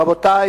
(תיקון,